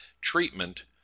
treatment